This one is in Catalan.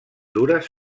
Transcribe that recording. dures